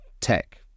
tech